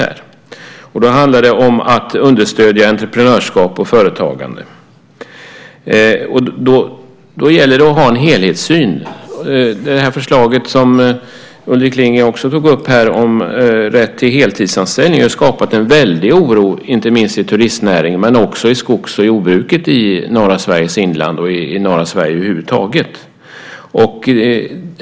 Det handlar om att understödja entreprenörskap och företagande, och då gäller det att ha en helhetssyn. Det förslag som Ulrik Lindgren tog upp om rätt till heltidsanställning har skapat en väldig oro inte minst inom turistnäringen men även inom skogs och jordbruket i norra Sveriges inland och i norra Sverige över huvud taget.